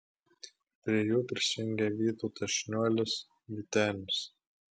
prie jų prisijungė vytautas šniuolis vytenis